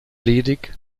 ledig